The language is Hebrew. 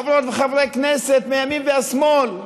חברות וחברי כנסת מהימין ומהשמאל: